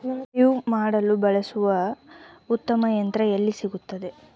ಕುಯ್ಲು ಮಾಡಲು ಬಳಸಲು ಉತ್ತಮ ಯಂತ್ರ ಎಲ್ಲಿ ಸಿಗುತ್ತದೆ?